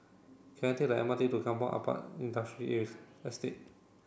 can I take the M R T to Kampong Ampat Industrial Estate